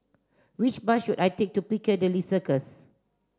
which bus should I take to Piccadilly Circus